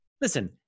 listen